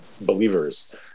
believers